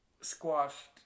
squashed